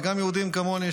וגם יהודים כמוני,